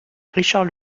richard